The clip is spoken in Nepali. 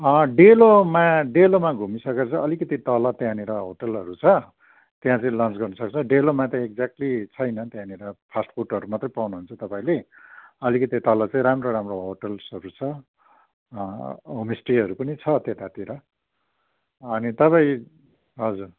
डेलोमा डेलोमा घुमिसकेर चाहिँ अलिकति तल त्यहाँनिर होटेलहरू छ त्यहाँनिर लन्च गर्नु सक्छ डेलोमा त एक्ज्याक्टली छैन त्यहाँनिर फास्ट फुडहरू मात्रै पाउनुहुन्छ तपाईँले अलिकति तल चाहिँ राम्रो राम्रो होटल्सहरू छ होमस्टेहरू पनि छ त्यतातिर अनि तपाईँ हजुर